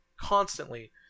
constantly